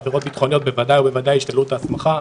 עבירות ביטחוניות בוודאי ובוודאי ישללו את ההסמכה,